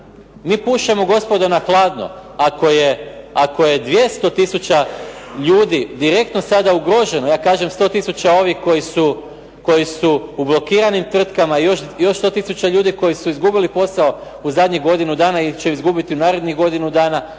mi pušemo gospodo na hladno. Ako je 200 tisuća ljudi direktno sada ugroženo, ja kažem 100 tisuća ovih koji su u blokiranim tvrtkama i još 100 tisuća ljudi koji su izgubili posao u zadnjih godinu dana ili će izgubiti u narednih godinu dana,